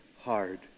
hard